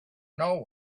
know